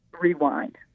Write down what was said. rewind